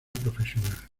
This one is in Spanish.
profesional